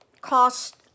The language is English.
cost